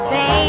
Say